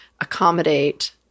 accommodate